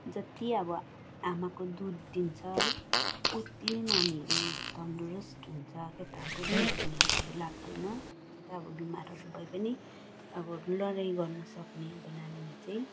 जति अब आमाको दुध दिन्छ है उति नै नानीहरू तन्दुरस्त हुन्छ क्या त अब दुःख बिमारहरू लाग्दैन जस्तै अब बिमारहरू भए पनि अब लडाइँ गर्नसक्ने अब नानीमा चाहिँ